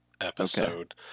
episode